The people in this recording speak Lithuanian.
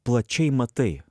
plačiai matai